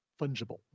Fungible